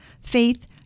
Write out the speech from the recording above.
faith